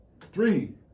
three